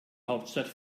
hauptstadt